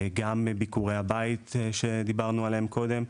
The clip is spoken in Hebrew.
גם ביקורי הבית שדיברנו עליהם קודם,